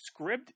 Scribd